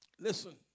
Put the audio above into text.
Listen